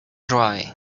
dry